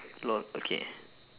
lol okay